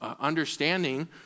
understanding